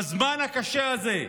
בזמן הקשה הזה,